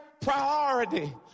priority